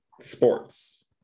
sports